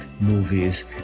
movies